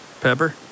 Pepper